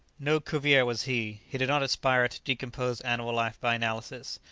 no cuvier was he he did not aspire to decompose animal life by analysis,